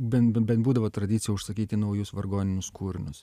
bent bent būdavo tradicija užsakyti naujus vargonininius kūrinius